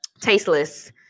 tasteless